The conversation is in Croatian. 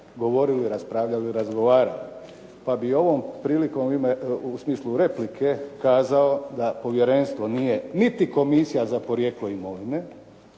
govorili, raspravljali, razgovarali, pa bih ovom prilikom u smislu replike kazao da povjerenstvo nije niti komisija za porijeklo imovine,